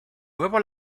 nuevo